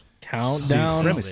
Countdown